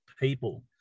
people